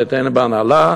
אני אתעניין בהנהלה,